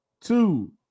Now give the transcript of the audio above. two